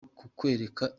kukwereka